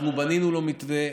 אנחנו בנינו לו מתווה,